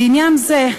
לעניין זה,